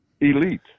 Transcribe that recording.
elite